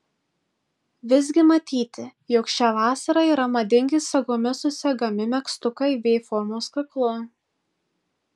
visgi matyti jog šią vasarą yra madingi sagomis susegami megztukai v formos kaklu